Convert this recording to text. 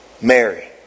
Mary